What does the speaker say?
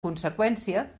conseqüència